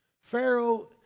Pharaoh